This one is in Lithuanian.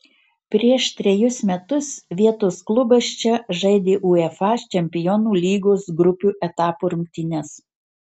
prieš trejus metus vietos klubas čia žaidė uefa čempionų lygos grupių etapo rungtynes